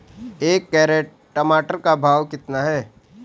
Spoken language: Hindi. एक कैरेट टमाटर का भाव कितना है?